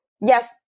Yes